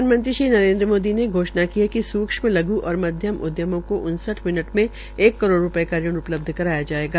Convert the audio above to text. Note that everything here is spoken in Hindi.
प्रधानमंत्री श्री नरेन्द्र मोदी ने घोषणा की है कि सूक्ष्म लघ् और मध्यम उद्यमों को उनसठ मिनट में एक करोड़ रूपये का ऋण उपलब्ध कराया जायेगा